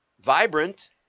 vibrant